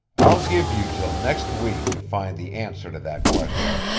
i'll give you till next week to find the answer to that question.